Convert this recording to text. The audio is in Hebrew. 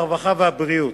הרווחה והבריאות.